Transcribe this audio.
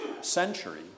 century